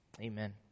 amen